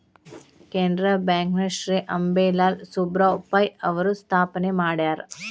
Canara bank ನ ಶ್ರೇ ಅಂಬೇಲಾಲ್ ಸುಬ್ಬರಾವ್ ಪೈ ಅವರು ಸ್ಥಾಪನೆ ಮಾಡ್ಯಾರ